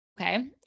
okay